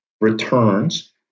returns